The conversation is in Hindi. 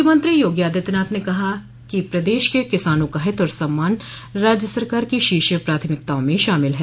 मुख्यमंत्री योगी आदित्यनाथ ने कहा है कि प्रदेश के किसानों का हित और सम्मान राज्य सरकार की शीर्ष प्राथमिकताओं में शामिल है